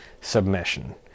submission